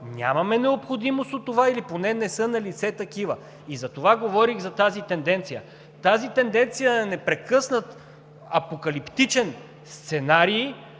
Нямаме необходимост от това или поне не е налице такава. И затова говорих за тази тенденция. Тази тенденция е непрекъснат апокалиптичен сценарий